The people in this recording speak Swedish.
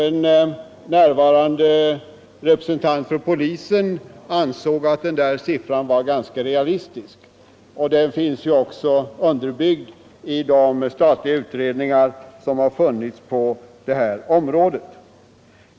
En närvarande representant för polisen ansåg att siffran var ganska realistisk, och den är också underbyggd i de statliga utredningar som har funnits på det här området.